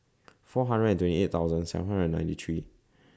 four hundred and twenty eight thousand seven hundred and ninety three